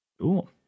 Cool